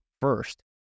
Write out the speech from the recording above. first